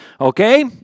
Okay